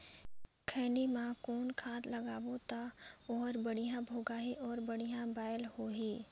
खैनी मा कौन खाद लगाबो ता ओहार बेडिया भोगही अउ बढ़िया बैल होही?